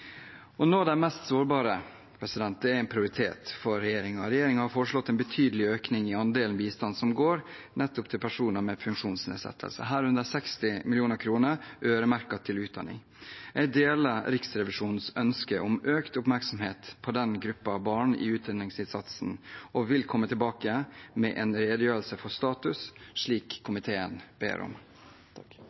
av de mest sårbare er en prioritet for regjeringen, og regjeringen har foreslått en betydelig økning i andelen bistand som går nettopp til personer med funksjonsnedsettelse, herunder 60 mill. kr øremerket utdanning. Jeg deler Riksrevisjonens ønske om økt oppmerksomhet på den gruppen barn i utdanningsinnsatsen, og vil komme tilbake med en redegjørelse for status, slik komiteen ber om.